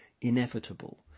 inevitable